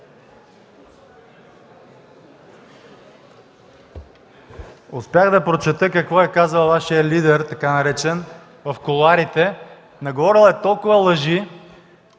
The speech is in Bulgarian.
Успях да прочета какво е казал Вашият лидер, така наречен, в кулоарите. Наговорил е толкова лъжи